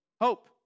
Hope